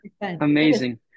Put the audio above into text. Amazing